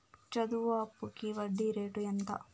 చదువు అప్పుకి వడ్డీ రేటు ఎంత?